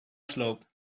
slope